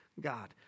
God